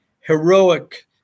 heroic